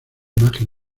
imagen